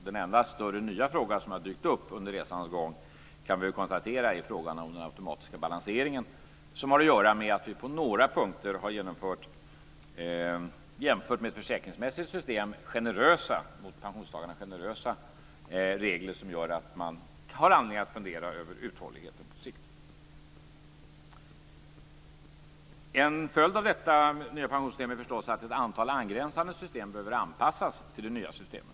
Den enda större nya fråga som har dykt upp under resans gång kan vi konstatera är frågan om den automatiska balanseringen, som har att göra med att vi på några punkter har genomfört, jämfört med ett försäkringsmässigt system, mot pensionstagarna generösa regler som gör att man har anledning att fundera över uthålligheten på sikt. En följd av detta nya pensionssystem är förstås att ett antal angränsande system behöver anpassas till det nya systemet.